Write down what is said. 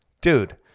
dude